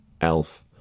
Elf